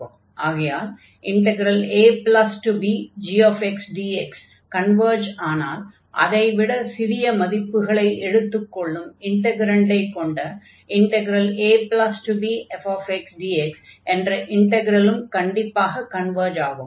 ஆகையால் abgxdx converge ஆனால் அதை விட சிறிய மதிப்புகளை எடுத்துக் கொள்ளும் இன்டக்ரன்டை கொண்ட abfxdx என்ற இன்டக்ரலும் கண்டிப்பாக கன்வர்ஜ் ஆகும்